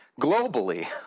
Globally